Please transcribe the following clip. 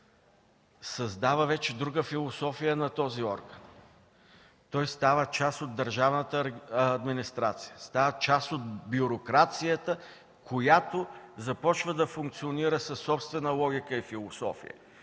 създава вече друга философия на този орган. Той става част от държавната администрация, от бюрокрацията, която започва да функционира със собствена логика и философия.